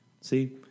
see